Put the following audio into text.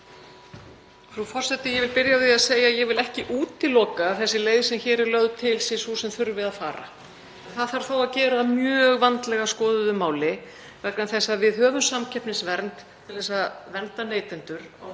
Frú forseti. Ég vil byrja á því að segja að ég vil ekki útiloka að þessi leið sem hér er lögð til sé sú sem þurfi að fara en það þarf þó að gera það að mjög vandlega skoðuðu máli vegna þess að við höfum samkeppnisvernd til að vernda neytendur á